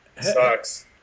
Sucks